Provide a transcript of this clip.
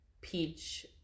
Peach